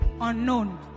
unknown